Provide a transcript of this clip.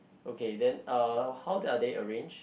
okay then uh how are they arranged